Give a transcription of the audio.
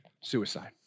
suicide